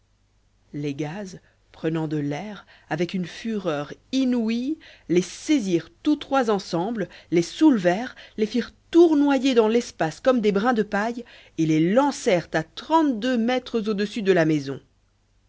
les gaz prenant de l'air avec une fureur inouïe les saisirent tous trois ensemble les soulevèrent les firent tournoyer dans l'espace comme des brins de paille et les lancèrent à trente-deux mètres au dessus de la maison